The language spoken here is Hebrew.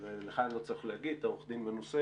ולך אני לא צריך להגיד, אתה עורך דין מנוסה